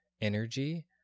energy